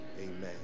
amen